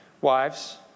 Wives